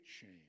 shame